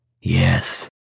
Yes